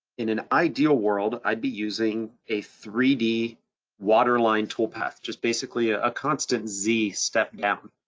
in an ideal world, i'd be using a three d waterline toolpath, just basically ah a constant z stepdown.